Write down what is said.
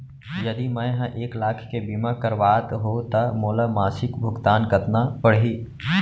यदि मैं ह एक लाख के बीमा करवात हो त मोला मासिक भुगतान कतना पड़ही?